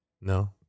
No